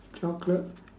chocolate